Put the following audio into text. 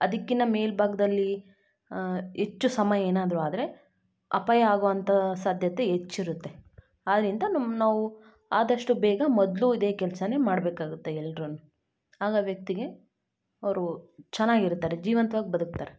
ಅದಕ್ಕಿನ್ನ ಮೇಲು ಭಾಗದಲ್ಲಿ ಹೆಚ್ಚು ಸಮಯ ಏನಾದರೂ ಆದರೆ ಅಪಾಯ ಆಗೋವಂಥ ಸಾಧ್ಯತೆ ಹೆಚ್ಚಿರುತ್ತೆ ಆದ್ದರಿಂದ ನಮ್ಮ ನಾವು ಆದಷ್ಟು ಬೇಗ ಮೊದಲು ಇದೇ ಕೆಲಸನೇ ಮಾಡಬೇಕಾಗುತ್ತೆ ಎಲ್ಲರೂನು ಆಗ ವ್ಯಕ್ತಿಗೆ ಅವರು ಚೆನ್ನಾಗಿರ್ತಾರೆ ಜೀವಂತ್ವಾಗಿ ಬದುಕ್ತಾರೆ